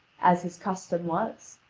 as his custom was.